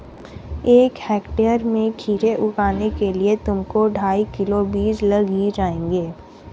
एक हेक्टेयर में खीरे उगाने के लिए तुमको ढाई किलो बीज लग ही जाएंगे